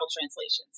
translations